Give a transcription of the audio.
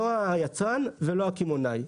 לא היצרן ולא הקמעוני,